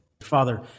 Father